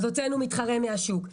אז הוצאנו מתחרה מן השוק.